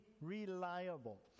reliable